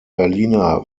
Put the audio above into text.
berliner